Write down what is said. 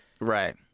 Right